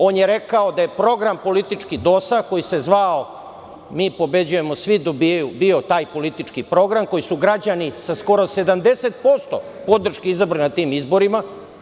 On je rekao da je politički program DOS, koji se zvao „Mi pobeđujemo, a svi dobijaju“, bio taj politički program koji su građani sa skoro 70% podrške izabrali na tim izborima.